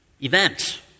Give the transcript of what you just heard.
event